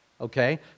Okay